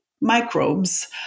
microbes